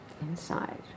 inside